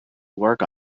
work